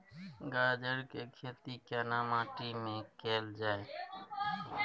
गाजर के खेती केना माटी में कैल जाए?